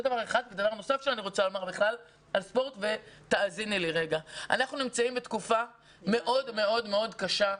דבר נוסף, אנחנו נמצאים בתקופה מאוד מאוד קשה.